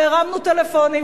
והרמנו טלפונים,